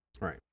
Right